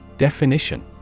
Definition